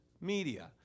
media